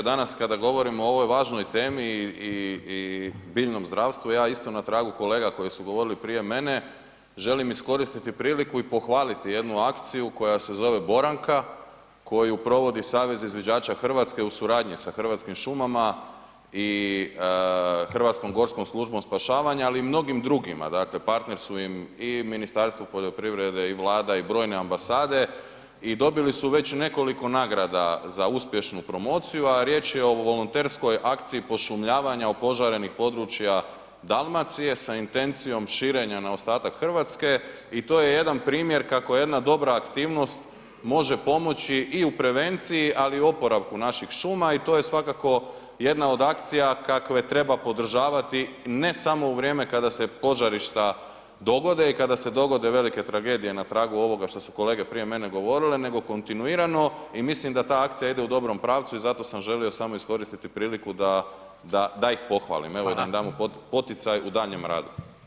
Danas kada govorimo o ovoj važnoj temi i biljnom zdravstvu, ja isto na tragu kolega koji su govorili prije mene želim iskoristiti priliku i pohvaliti jednu akciju koja se zove Boranka koju provodi Savez izviđača Hrvatske u suradnji sa Hrvatskim šumama i Hrvatskom gorskom službom spašavanja, ali i mnogim drugima, dakle, partner su im i Ministarstvo poljoprivrede i Vlada i brojne ambasade i dobili su već nekoliko nagrada za uspješnu promociju, a riječ je o volonterskoj akciji pošumljavanja opožarenih područja Dalmacije sa intencijom širenja na ostatak Hrvatske i to je jedan primjer kako jedna dobra aktivnost može pomoći i u prevenciji, ali i oporavku naših šuma i to je svakako jedna od akcija kakve treba podržavati, ne samo u vrijeme kada se požarišta dogode i kada se dogode velike tragedije na pragu ovoga što su kolege prije mene govorile nego kontinuirano i mislim da ta akcija ide u dobrom pravci i zato sam želio samo iskoristiti priliku da ih pohvalim evo i da im damo poticaj u daljnjem radu.